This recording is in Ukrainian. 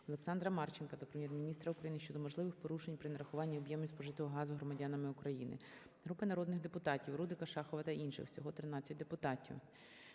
Олександра Марченка до Прем'єр-міністра України щодо можливих порушень при нарахуванні об'єму спожитого газу громадянам України. Групи народних депутатів (Рудика, Шахова та інших. Всього 13 депутатів)